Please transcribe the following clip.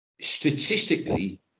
statistically